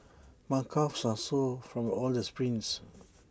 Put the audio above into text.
my calves are sore from all the sprints